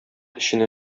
эченә